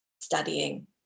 studying